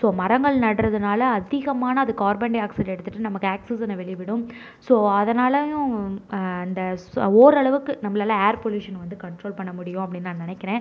so மரங்கள் நடுகிறதுனால அதிகமான அது கார்பன் டைஆக்சைடை எடுத்துட்டு நமக்கு ஆக்சிஜனை வெளிவிடும் ஸோ அதனாலேயும் அந்த ஓரளவுக்கு நம்மளால் ஏர் பொல்யூஷன வந்து கண்ட்ரோல் பண்ண முடியும் அப்படின்னு நான் நினைக்கிறேன்